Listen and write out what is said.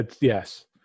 Yes